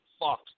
fuck